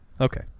Okay